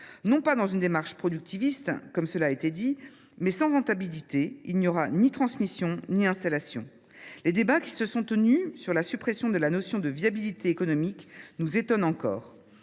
non pas dans une démarche productiviste, comme cela a été dit, mais parce que sans rentabilité il n’y aura ni transmission ni installation. Les débats qui se sont tenus sur la suppression de la notion de viabilité économique nous étonnent encore.